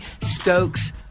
stokes